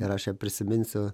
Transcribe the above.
ir aš ją prisiminsiu